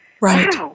Right